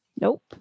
Nope